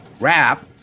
Rap